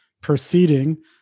proceeding